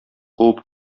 куып